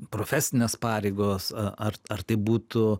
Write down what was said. profesinės pareigos ar ar tai būtų